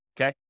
okay